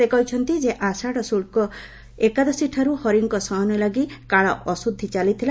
ସେ କହିଛନ୍ତି ଯେ ଆଷାଡ଼ ଶୁକ୍କ ଏକାଦଶୀଠାରୁ ହରିଙ୍ଙ ଶୟନ ଲାଗି କାଳ ଅଶୁଦ୍ଧି ଚାଲିଥିଲା